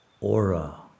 aura